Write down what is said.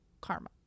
karma